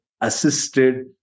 assisted